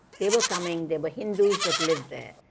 they were coming. there were hindus that lived there.